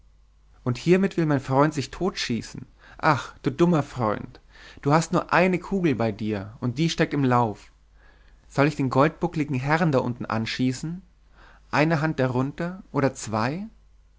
und hiermit will mein freund sich totschießen ach du dummer freund du hast nur eine kugel bei dir und die steckt im lauf soll ich den goldbuckligen herrn da unten anschießen eine hand darunter oder zwei